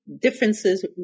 Differences